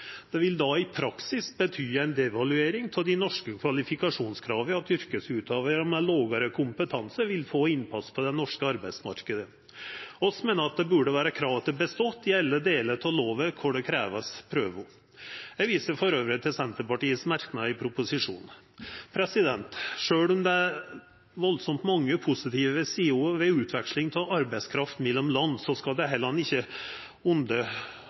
vil det i praksis bety ei devaluering av dei norske kvalifikasjonskrava, og at yrkesutøvarar med lågare kompetanse vil få innpass på den norske arbeidsmarknaden. Vi meiner det burde vera krav til «bestått» i alle delar av lova der ein krev prøver. Eg viser elles til Senterpartiets merknader i innstillinga. Sjølv om det er svært mange positive sider ved utveksling av arbeidskraft mellom land, skal ein heller ikkje